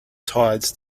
tides